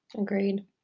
Agreed